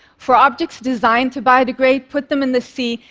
for objects designed to biodegrade, put them in the sea,